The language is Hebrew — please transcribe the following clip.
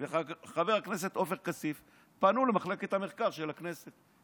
וחבר הכנסת עופר כסיף פנו למחלקת המחקר של הכנסת,